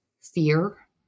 fear